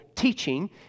Teaching